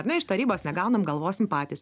ar ne iš tarybos negaunam galvosim patys